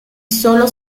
sólo